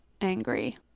angry